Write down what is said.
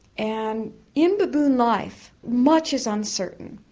and in baboon life much is uncertain,